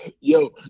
Yo